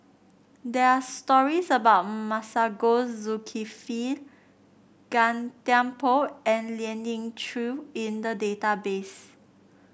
there are stories about Masagos Zulkifli Gan Thiam Poh and Lien Ying Chow in the database